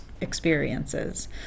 experiences